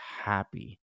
happy